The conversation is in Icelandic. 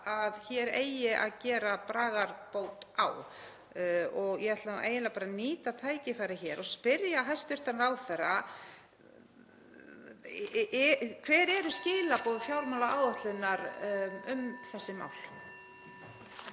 að hér eigi að gera bragarbót á. Ég ætla eiginlega bara að nýta tækifærið hér og spyrja hæstv. ráðherra: Hver eru skilaboð fjármálaáætlunar um þessi mál?